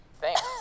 Thanks